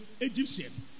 Egyptians